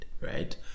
right